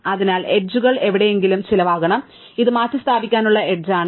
അതിനാൽ എഡ്ജുകൾ എവിടെയെങ്കിലും ചിലവാകണം ഇത് മാറ്റിസ്ഥാപിക്കാനുള്ള എഡ്ജ് ആണ്